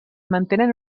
mantenen